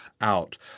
out